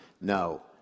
No